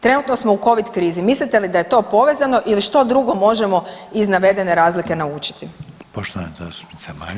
Trenutno smo u Covid krizi, mislite li da je to povezano ili što drugo možemo iz navedene razlike naučiti?